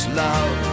love